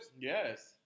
Yes